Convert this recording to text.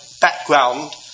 background